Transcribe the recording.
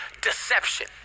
deception